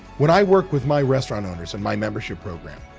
when i work with my restaurant owners in my membership program,